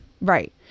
Right